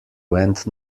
went